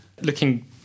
Looking